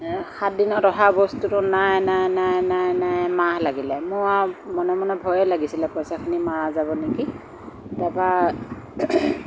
সাত দিনত অহা বস্তুটো নাই নাই নাই নাই নাই এমাহ লাগিলে মোৰ আৰু মনে মনে ভয়ে লাগিছিলে পইচাখিনি মৰা যাব নেকি তাৰপৰা